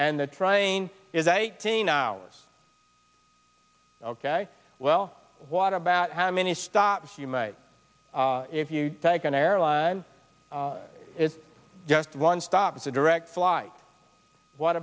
and the train is eighteen hours ok well what about how many stops you made if you take an airline it's just one stop it's a direct flight what